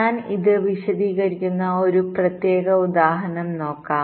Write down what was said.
ഞാൻ ഇത് വിശദീകരിക്കുന്ന ഒരു പ്രത്യേക ഉദാഹരണം നോക്കാം